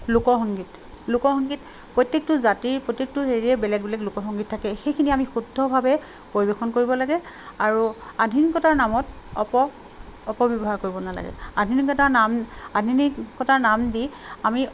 লোক সংগীত লোক সংগীত প্ৰত্যেকটো জাতিৰ প্ৰত্যেকটো হেৰিৰে বেলেগ বেলেগ লোক সংগীত থাকে সেইখিনি আমি শুদ্ধভাৱে পৰিৱেশন কৰিব লাগে আৰু আধুনিকতাৰ নামত অপ অপব্যৱহাৰ কৰিব নালাগে আধুনিকতাৰ নাম আধুনিকতাৰ নাম দি আমি